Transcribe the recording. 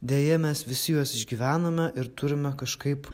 deja mes visi juos išgyvenome ir turime kažkaip